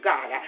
God